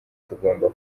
tugomba